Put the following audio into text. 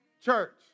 Church